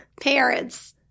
parents